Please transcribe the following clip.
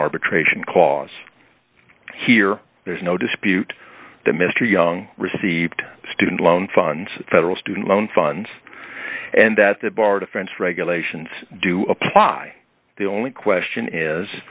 arbitration clause here there's no dispute that mr young received student loan funds federal student loan funds and that the bar defense regulations do apply the only question is